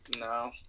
No